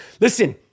Listen